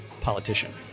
politician